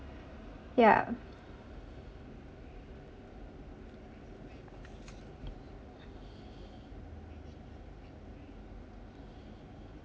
ya